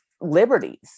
liberties